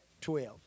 Twelve